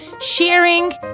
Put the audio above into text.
Sharing